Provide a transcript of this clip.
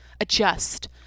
adjust